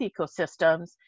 ecosystems